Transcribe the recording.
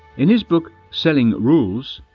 in his book selling rules,